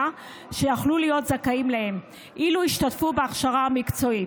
שיכלו להיות זכאים להם אילו השתתפו בהכשרה המקצועית.